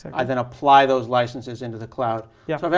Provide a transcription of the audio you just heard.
i then apply those licenses into the cloud. yeah